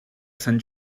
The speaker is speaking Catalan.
sant